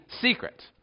secret